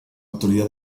autoridad